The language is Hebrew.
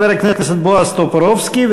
חבר הכנסת בועז טופורובסקי,